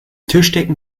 tischdecken